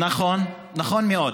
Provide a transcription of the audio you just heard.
נכון, נכון מאוד.